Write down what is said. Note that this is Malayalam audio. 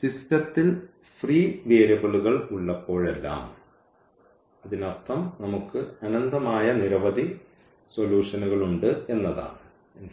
സിസ്റ്റത്തിൽ ഫ്രീ വേരിയബിളുകൾ ഉള്ളപ്പോഴെല്ലാം അതിനർത്ഥം നമുക്ക് അനന്തമായ നിരവധി സൊല്യൂഷനുകളുണ്ട് എന്നതാണ്